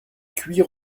cuire